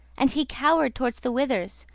and he cowered towards the withers,